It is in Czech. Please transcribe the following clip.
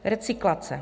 Recyklace.